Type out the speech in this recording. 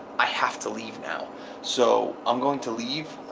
i have to leave now so i'm going to leave.